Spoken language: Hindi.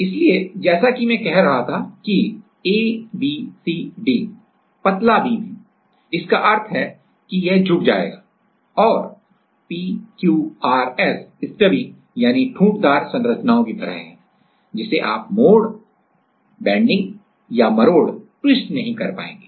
इसलिए जैसा कि मैं कह रहा था कि A B C D पतला बीम है इसका अर्थ है कि यह झुक जाएगा और P Q R S stubby ठूंठदार संरचनाओं की तरह है जिसे आप मोड़ या मरोड़ नहीं पाएंगे